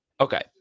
Okay